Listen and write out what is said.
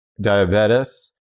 Diabetes